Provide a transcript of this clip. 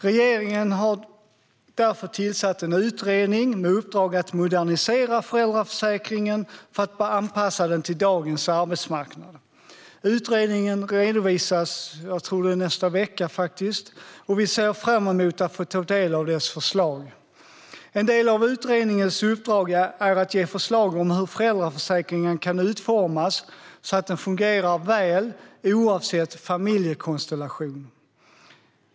Regeringen har därför tillsatt en utredning med uppdrag att modernisera föräldraförsäkringen för att anpassa den till dagens arbetsmarknad. Utredningen redovisas nästa vecka, tror jag att det är, och vi ser fram emot att få ta del av dess förslag. En del av utredningens uppdrag är att ge förslag på hur föräldraförsäkringen kan utformas så att den fungerar väl oavsett familjekonstellation.